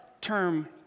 term